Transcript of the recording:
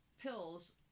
pills